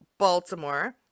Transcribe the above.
Baltimore